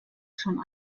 schon